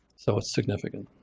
so it's significant.